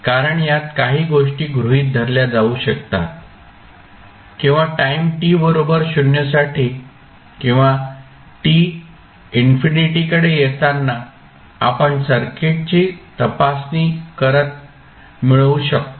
कारण यात काही गोष्टी गृहीत धरल्या जाऊ शकतात किंवा टाईम t बरोबर 0 साठी किंवा t इन्फिनिटीकडे येतांना आपण सर्किटची तपासणी करत मिळवू शकतो